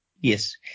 yes